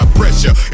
pressure